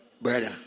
Brother